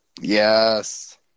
Yes